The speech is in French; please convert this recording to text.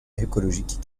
écologique